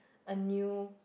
a new